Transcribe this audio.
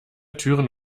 türen